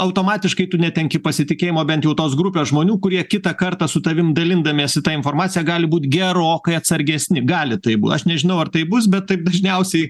automatiškai tu netenki pasitikėjimo bent jau tos grupės žmonių kurie kitą kartą su tavim dalindamiesi ta informacija gali būt gerokai atsargesni gali taip aš nežinau ar taip bus bet taip dažniausiai